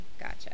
gotcha